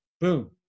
boom